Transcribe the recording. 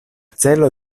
celo